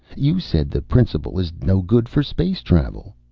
you said the principle is no good for space travel.